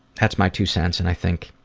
that's my two cents and i think